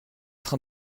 train